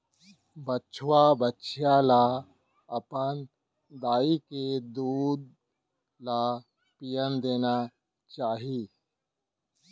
बछवा, बछिया ल अपन दाई के दूद ल पियन देना चाही